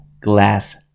Glass